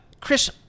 Chris